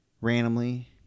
randomly